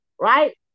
right